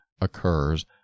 occurs